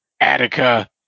Attica